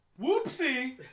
Whoopsie